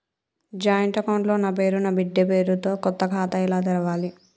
Joint account లో నా పేరు నా బిడ్డే పేరు తో కొత్త ఖాతా ఎలా తెరవాలి?